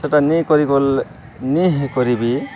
ସେଇଟା ନି କରିଗଲେ ନି କରିବି